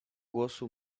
głosu